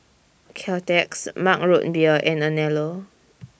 Caltex Mug Root Beer and Anello